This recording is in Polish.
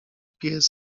pies